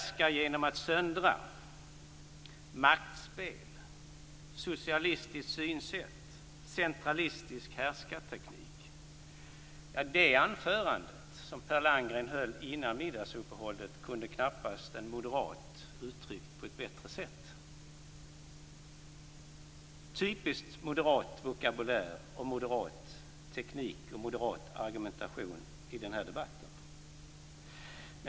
"socialistiskt synsätt" och "centralistisk härskarteknik" - det anförande som Per Landgren höll före middagsuppehållet kunde knappast en moderat ha uttryckt på ett bättre sätt. Det var typisk moderat vokabulär, moderat teknik och moderat argumentation i denna debatt.